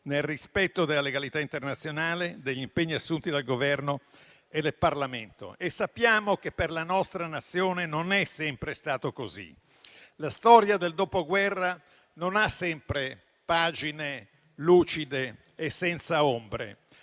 nel rispetto della legalità internazionale, degli impegni assunti dal Governo e del Parlamento. Sappiamo che per la nostra Nazione non è sempre stato così. La storia del dopoguerra non ha sempre pagine lucide e senza ombre,